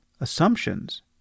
assumptions